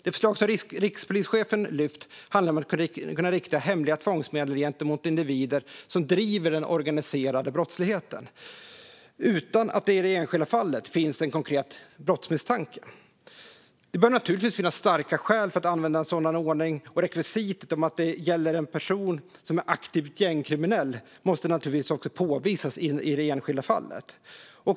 Det förslag som rikspolischefen har lyft fram handlar om att kunna rikta hemliga tvångsmedel gentemot individer som driver den organiserade brottsligheten utan att det i det enskilda fallet finns en konkret brottsmisstanke. Det bör naturligtvis finnas starka skäl för att använda en sådan ordning, och rekvisitet om att det gäller en person som är aktivt gängkriminell måste naturligtvis påvisas i det enskilda fallet.